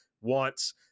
wants